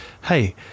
hey